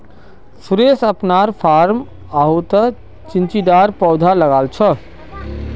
सुरेश अपनार फार्म हाउसत चिचिण्डार पौधा लगाल छ